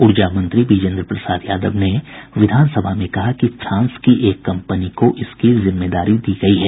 ऊर्जा मंत्री बिजेंद्र प्रसाद यादव ने विधानसभा में कहा कि फ्रांस की एक कंपनी को इसकी जिम्मेदारी दी गयी है